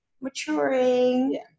maturing